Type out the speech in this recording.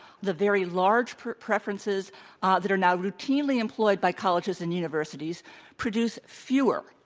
the very large preferences ah that are now routinely employed by colleges and universities produce fewer,